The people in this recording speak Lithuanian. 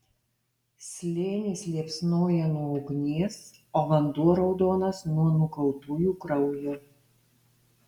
slėnis liepsnoja nuo ugnies o vanduo raudonas nuo nukautųjų kraujo